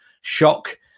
shock